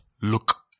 look